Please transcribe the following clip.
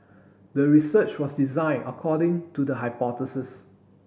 the research was designed according to the hypothesis